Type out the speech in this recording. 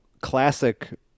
classic